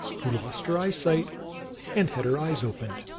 who lost her eyesight and had her eyes opened.